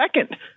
second